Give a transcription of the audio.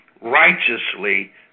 righteously